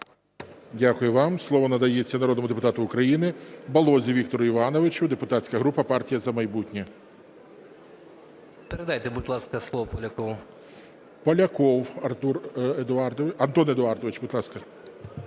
Дякую вам. Слово надається народному депутату України Балозі Віктору Івановичу, депутатська група "Партія"За майбутнє". 14:34:06 БАЛОГА В.І. Передайте, будь ласка, слово Полякову. ГОЛОВУЮЧИЙ. Поляков Антон Едуардович, будь ласка.